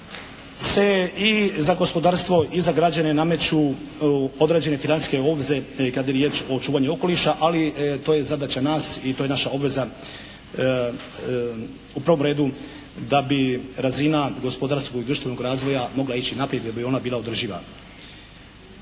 se i za gospodarstvo i za građane nameću određene financijske obveze kada je riječ o očuvanju okoliša, ali to je zadaća nas i to je naša obveza u prvom redu da bi razina gospodarskog i društvenog razvoja mogla ići naprijed jer bi ona bila održiva.